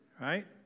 right